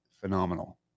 phenomenal